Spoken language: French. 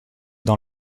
dans